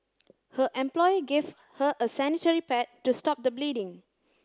her employer gave her a sanitary pad to stop the bleeding